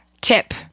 tip